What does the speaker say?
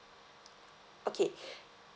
okay